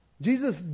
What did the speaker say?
Jesus